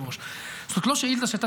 אדוני היושב-ראש: זאת לא שאילתה שהייתה